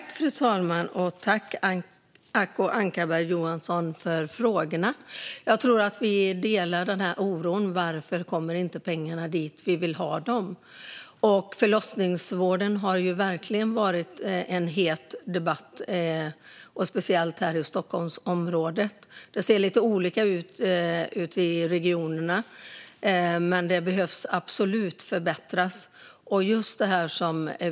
Fru talman! Tack, Acko Ankarberg Johansson, för frågorna! Jag tror att vi delar den här oron över varför pengarna inte kommer dit där vi vill ha dem. Debatten om förlossningsvården har ju verkligen varit het, speciellt här i Stockholmsområdet. Det ser lite olika ut ute i regionerna, men det behöver absolut förbättras.